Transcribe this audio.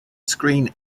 screen